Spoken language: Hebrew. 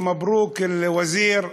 מזל טוב על השר,